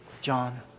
John